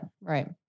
right